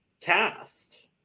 cast